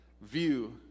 view